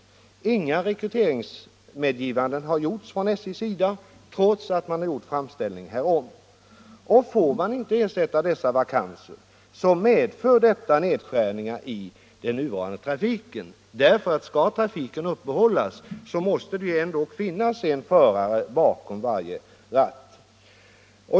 Inga rekryteringsmedgivanden har lämnats från SJ:s sida, trots att man har gjort framställning härom. Får man inte ersätta dessa vakanser medför detta 43 nedskärningar i den nuvarande trafiken. Skall trafiken upprätthållas måste det ju ändå finnas en förare bakom varje ratt.